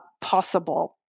possible